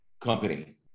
company